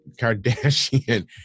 Kardashian